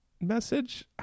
message